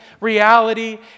reality